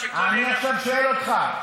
אני עכשיו שואל אותך,